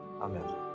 Amen